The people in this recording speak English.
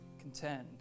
contend